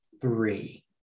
three